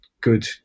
good